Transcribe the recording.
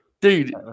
Dude